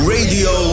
Radio